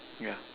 yeah